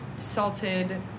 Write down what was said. salted